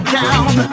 down